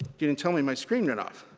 you didn't tell me my screen went off.